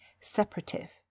separative